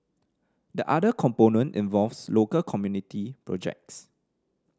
the other component involves local community projects